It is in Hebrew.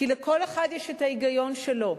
כי בכל אחד יש ההיגיון שלו.